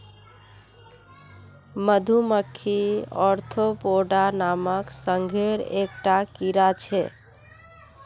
मधुमक्खी ओर्थोपोडा नामक संघेर एक टा कीड़ा छे